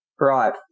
Right